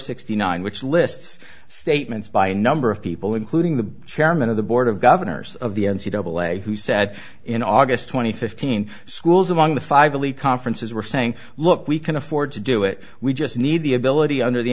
sixty nine which lists statements by a number of people including the chairman of the board of governors of the n c double a who said in august twenty fifteen schools among the five elite conferences were saying look we can afford to do it we just need the ability under the